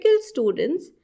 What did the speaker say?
students